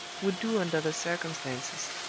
would do under the circumstances